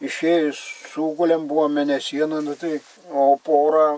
išėjus sugulėm buvo mėnesiena tai o porą